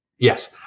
Yes